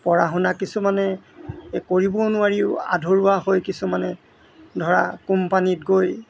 পঢ়া শুনা কিছুমানে এ কৰিব নোৱাৰিও আধৰুৱা হৈ কিছুমানে ধৰা কোম্পানীত গৈ